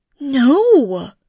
No